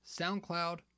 soundcloud